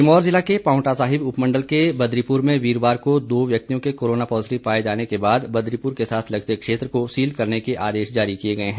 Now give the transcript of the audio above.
सिरमौर ज़िला के पावंटा साहिब उपमंडल के बदरीपुर में वीरवार को दो व्यक्तियों के कोरोना पॉज़िटिव पाए जाने के बाद बदरीपुर के साथ लगते क्षेत्र को सील करने के आदेश जारी किए हैं